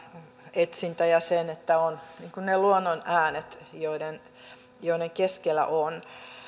etsintä ja se että on ne luonnon äänet joiden joiden keskellä on